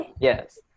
yes